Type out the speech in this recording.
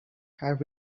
had